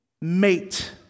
mate